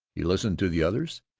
he listened to the others.